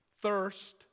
thirst